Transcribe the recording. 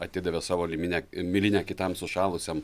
atidavė savo liminę milinę kitam sušalusiam